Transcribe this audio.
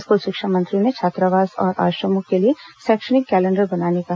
school शिक्षा मंत्री ने छात्रावास और आश्रमों के लिए शैक्षणिक कैलेंडर बनाने कहा